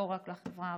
לא רק לחברה הערבית,